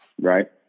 right